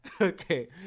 Okay